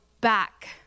back